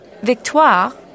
Victoire